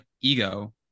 Ego